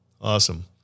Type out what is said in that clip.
Awesome